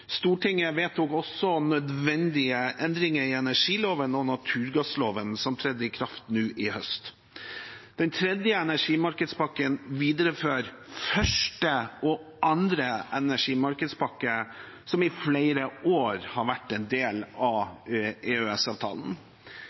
Stortinget vedtok også nødvendige endringer i energiloven og naturgassloven, som trådte i kraft nå i høst. Den tredje energimarkedspakken viderefører første og andre energimarkedspakke, som i flere år har vært en del av